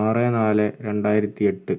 ആറ് നാല് രണ്ടായിരത്തിയെട്ട്